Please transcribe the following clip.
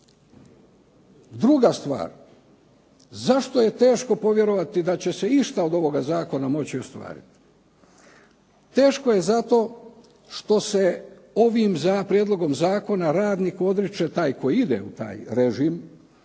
Druga stvar, zašto je teško povjerovati da će se išta od ovoga zakona moći ostvariti? Teško je zato što se ovim prijedlogom zakona radniku odriče taj koji ide u taj režim,